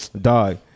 Dog